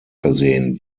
versehen